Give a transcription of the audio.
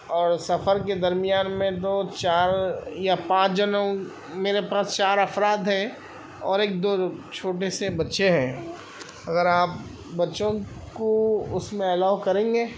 اور سفر کے درمیان میں دو چار یا پانچ جنوں میرے پاس چار افراد ہیں اور ایک دو چھوٹے سے بچے ہیں اگر آپ بچوں کو اس میں الاؤ کریں گے